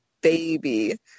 baby